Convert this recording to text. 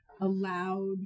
allowed